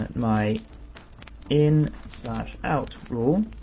my in, slash out rule.